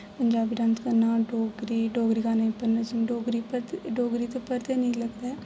Punjabi dance करना डोगरी डोगरी गाने उप्पर नचना डोगरी पर ते डोगरी ते उप्पर ते नेईं लगदा ऐ